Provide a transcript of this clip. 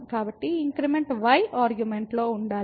కాబట్టి increment y ఆర్గ్యుమెంట్లో ఉండాలి